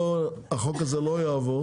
החוק הזה לא יעבור